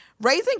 raising